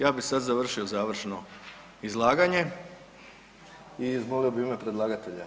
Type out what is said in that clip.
Ja bih sad završio završno izlaganje i izvolio bih u ime predlagatelja.